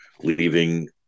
leaving